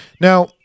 Now